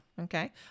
Okay